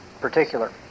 particular